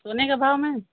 सोने का भाव में